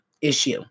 issue